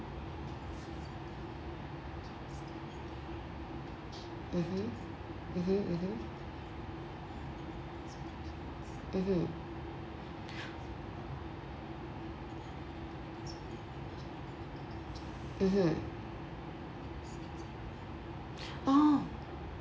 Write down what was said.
mmhmm mmhmm mmhmm mmhmm mmhmm oh